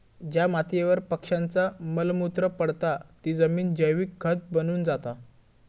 ज्या मातीयेवर पक्ष्यांचा मल मूत्र पडता ती जमिन जैविक खत बनून जाता